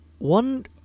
One